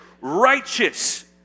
righteous